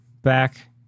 back